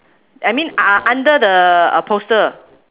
I mean u~ u~ under the uh poster